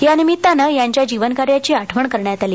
यानिमित्तानं याच्या जीवनकार्याची आठवण करण्यात आली